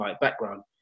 background